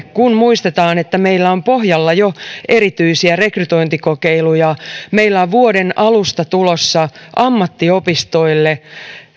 kun muistetaan että meillä on jo pohjalla erityisiä rekrytointikokeiluja ja meillä on vuoden alusta tulossa ammattiopistoille